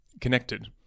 connected